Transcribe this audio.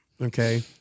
okay